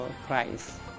price